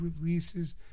releases